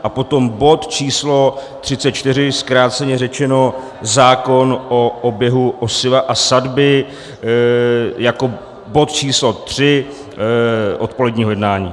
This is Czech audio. A potom bod číslo 34, zkráceně řečeno zákon o oběhu osiva a sadby, jako bod číslo 3 odpoledního jednání.